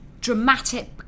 dramatic